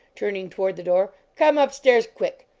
turning toward the door, come up stairs, quick!